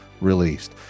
released